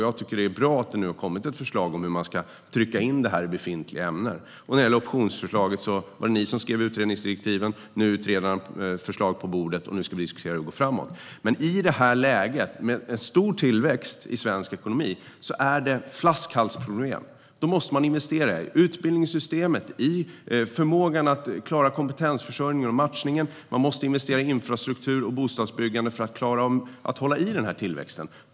Jag tycker att det är bra att det nu har kommit ett förslag om hur man ska trycka in det här i befintliga ämnen. När det gäller optionsförslaget var det ni som skrev utredningsdirektiven. Nu är utredarens förslag på bordet, och nu ska vi diskutera det och gå framåt. Men i det här läget, med en stor tillväxt i svensk ekonomi, är det flaskhalsproblem. Då måste man investera i utbildningssystemet och i förmågan att klara kompetensförsörjningen och matchningen. Man måste investera i infrastruktur och bostadsbyggande för att klara att hålla i den här tillväxten.